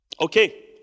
Okay